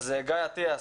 גיא אטיאס,